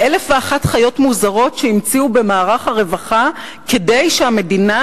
לאלף ואחת חיות מוזרות שהמציאו במערך הרווחה כדי שהמדינה